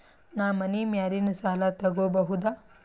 ನಾ ಮನಿ ಮ್ಯಾಲಿನ ಸಾಲ ತಗೋಬಹುದಾ?